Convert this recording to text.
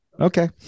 Okay